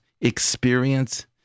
experience